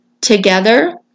together